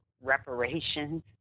reparations